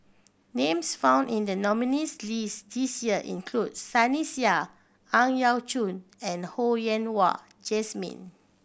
names found in the nominees' list this year include Sunny Sia Ang Yau Choon and Ho Yen Wah Jesmine